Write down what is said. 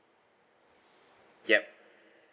yup